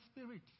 spirit